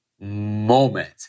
moment